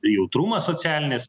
jautrumas socialinis